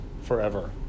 forever